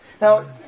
Now